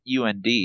UND